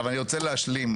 אבל אני רוצה להשלים.